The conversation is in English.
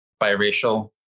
biracial